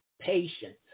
Patience